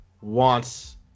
wants